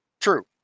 True